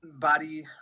body